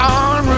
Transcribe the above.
on